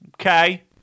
Okay